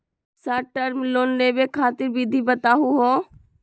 Short term loan लेवे खातीर विधि बताहु हो?